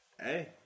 Hey